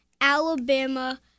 Alabama